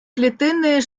клітини